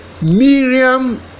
Miriam